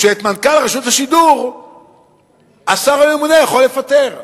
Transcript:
שאת מנכ"ל רשות השידור השר הממונה יכול לפטר.